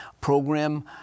program